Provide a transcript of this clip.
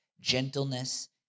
gentleness